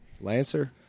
Lancer